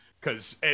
Cause